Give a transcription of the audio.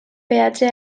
peatge